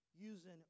using